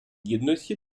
гідності